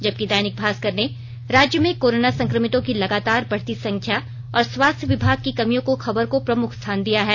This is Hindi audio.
जबकि दैनिक भास्कर ने राज्य में कोरोना संक्रमितों की लगातार बढ़ती संख्या और स्वास्थ्य विभाग की कमियों की खबर को प्रमुख स्थान दिया है